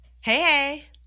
hey